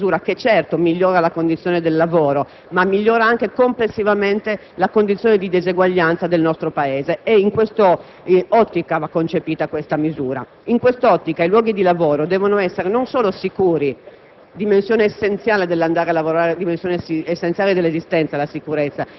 sul grave sfruttamento dei lavoratori irregolari), stiamo assumendo una misura che certo migliora la condizione del lavoro, ma migliora anche complessivamente la condizione di disuguaglianza di questo Paese. In tale ottica va concepita questa misura, così come in tale ottica i luoghi di lavoro devono essere non solo sicuri